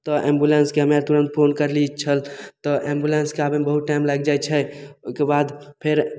तऽ एम्बुलेन्सके हमे आर तुरन्त फोन करली छल तऽ एम्बुलेन्सके आबैमे बहुत टाइम लागि जाइ छै ओहिके बाद फेर